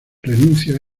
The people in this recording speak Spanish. renuncia